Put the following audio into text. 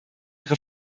ihre